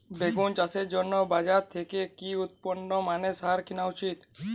বেগুন চাষের জন্য বাজার থেকে কি উন্নত মানের সার কিনা উচিৎ?